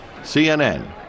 CNN